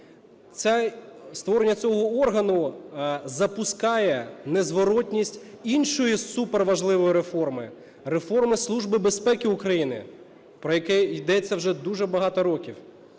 створення цього органу запускає незворотність іншої суперважливої реформи, реформи Служби безпеки України, про яке йдеться вже дуже багато років,